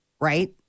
right